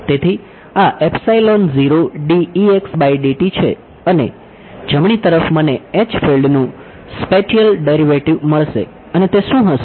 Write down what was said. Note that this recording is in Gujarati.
તેથી આ છે અને જમણી તરફ મને H ફિલ્ડ મળશે અને તે શું હશે